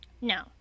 No